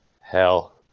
Hell